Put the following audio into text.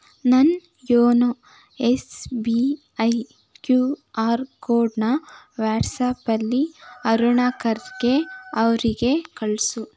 ನನ್ನ YONO S B I Q R ಕೋಡ್ನ ವಾಟ್ಸಾಪಲ್ಲಿ ಅರುಣಾ ಖರ್ಗೆ ಅವರಿಗೆ ಕಳಿಸು